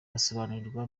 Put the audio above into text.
basobanurirwa